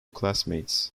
classmates